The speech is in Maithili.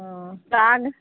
ओ साग